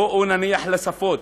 בואו נניח לשפות,